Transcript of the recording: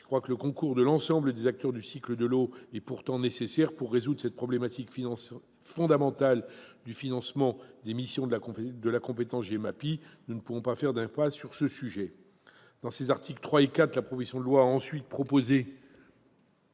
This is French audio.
Je crois que le concours de l'ensemble des acteurs du cycle de l'eau est pourtant nécessaire pour résoudre cette problématique fondamentale du financement des missions en matière de GEMAPI. Nous ne pouvons pas faire l'impasse sur ce sujet. Les articles 3 et 4 introduisent un principe de